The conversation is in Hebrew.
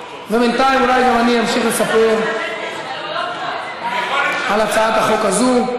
בינתיים אולי גם אני אמשיך לספר על הצעת החוק הזאת.